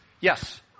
Yes